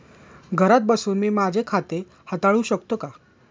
घरात बसून मी माझे खाते हाताळू शकते का?